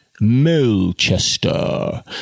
Melchester